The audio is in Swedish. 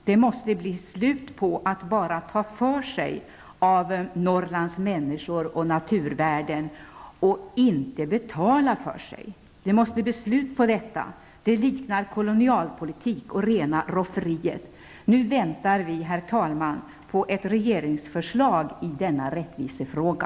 Det måste bli slut på att bra ta för sig av Norrlands människor och naturvärden och inte betala för sig. Det liknar kolonialpolitik och rena rofferiet! Nu väntar vi, herr talman, på ett regeringsförslag i denna rättvisefråga.